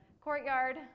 courtyard